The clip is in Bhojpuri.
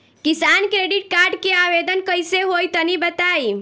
किसान क्रेडिट कार्ड के आवेदन कईसे होई तनि बताई?